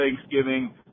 thanksgiving